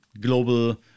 global